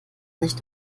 nicht